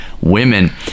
women